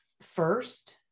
first